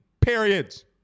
periods